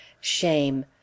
shame